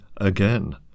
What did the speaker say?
again